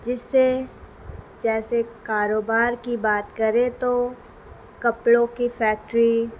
جس سے جیسے کاروبار کی بات کرے تو کپڑوں کی فیکٹری